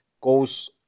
goes